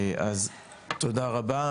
תודה רבה,